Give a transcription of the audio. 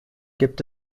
gibt